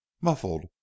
muffled